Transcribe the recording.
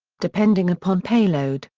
depending upon payload,